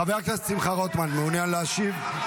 חבר הכנסת שמחה רוטמן, מעוניין להשיב?